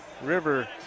River